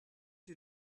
you